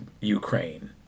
Ukraine